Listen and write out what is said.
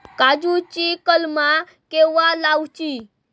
काजुची कलमा केव्हा लावची?